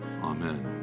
Amen